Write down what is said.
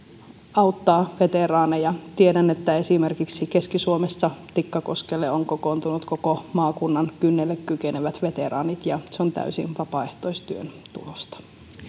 auttaa veteraaneja tiedän että esimerkiksi keski suomessa tikkakoskelle on kokoontunut koko maakunnan kynnelle kykenevät veteraanit ja se on täysin vapaaehtoistyön tulosta